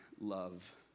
love